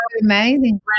amazing